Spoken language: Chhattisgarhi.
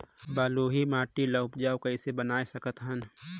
बलुही माटी ल उपजाऊ कइसे बनाय सकत हन?